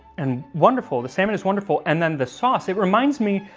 and wonderful. the salmon is wonderful and then the sauce it reminds me